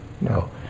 No